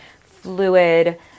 fluid